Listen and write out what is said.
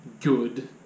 good